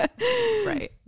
Right